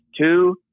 two